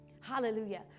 hallelujah